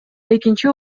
экинчи